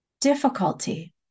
difficulty